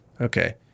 Okay